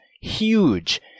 Huge